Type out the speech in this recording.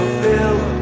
fill